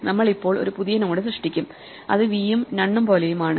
നമ്മൾ ഇപ്പോൾ ഒരു പുതിയ നോഡ് സൃഷ്ടിക്കും അത് v ഉം നൺ പോലെയും ആണ്